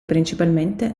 principalmente